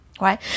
right